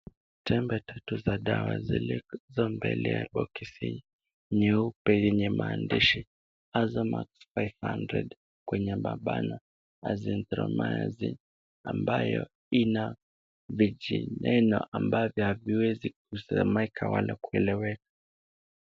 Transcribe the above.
Tembe tatu za dawa zilizo mbele ya boksi nyeupe yenye maandishi Azomax 500, kwenye mabana Azithromycin ambayo ina vijineno ambavyo haviwezi kusomeka wala kueleweka.